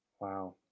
Wow